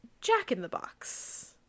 jack-in-the-box